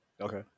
Okay